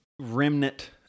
remnant